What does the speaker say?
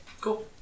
Cool